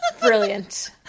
Brilliant